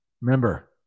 remember